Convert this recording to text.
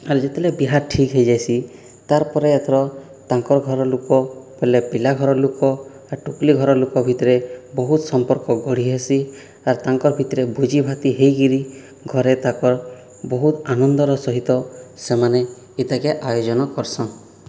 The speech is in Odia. ହେଲେ ଯେତେବେଲେ ବିହା ଠିକ୍ ହେଇଯାଇସି ତାର୍ ପରେ ଏଥର ତାଙ୍କର୍ ଘରର୍ ଲୁକ ପଲେ ପିଲା ଘର ଲୁକ ଟୋକ୍ଲି ଘର ଲୁକ ଭିତରେ ବହୁତ ସମ୍ପର୍କ ଗଢ଼ି ହେସି ଆର୍ ତାଙ୍କର୍ ଭିତରେ ଭୋଜି ଭାତି ହେଇକରି ଘରେ ତାଙ୍କର୍ ବହୁତ ଆନନ୍ଦର ସହିତ ସେମାନେ ଇତାକେ ଆୟୋଜନ କର୍ସନ୍